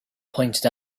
pointed